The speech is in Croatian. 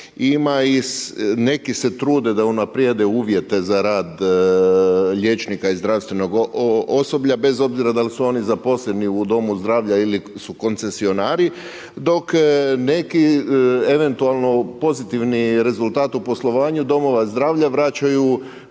Ima i, neki se trude da unaprijede uvjete za rad liječnika i zdravstvenog osoblja bez obzira da li su oni zaposleni u domu zdravlja ili su koncesionari, dok neki eventualno pozitivni rezultat u poslovanju domova zdravlja vraćaju